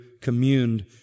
communed